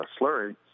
slurry